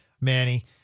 Manny